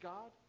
God